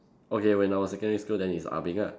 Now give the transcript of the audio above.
okay when I was secondary school then it's ah-beng ah